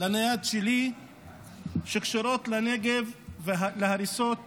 לנייד שלי שקשורות לנגב ולהריסות בנגב.